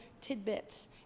tidbits